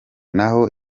naho